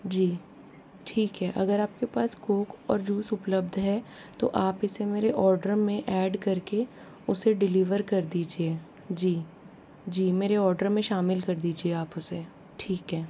जी ठीक है अगर आपके पास कोक और जूस उपलब्ध है तो आप इसे मेरे ऑर्डर में ऐड करके उसे डिलिवर कर दीजिये जी जी मेरे ऑर्डर में शामिल कर दीजिये आप उसे ठीक है